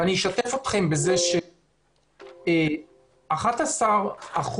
ואני אשתף אתכם בזה ש-11% מהפליטות